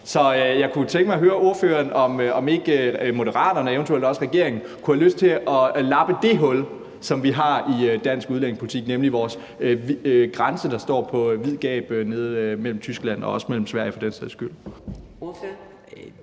Så jeg kunne tænke mig at høre ordføreren, om ikke Moderaterne og eventuelt også regeringen kunne have lyst til at lappe det hul, som vi har i dansk udlændingepolitik, nemlig i vores grænse, der står på vid gab nede ved Tyskland og også ved Sverige for den sags skyld.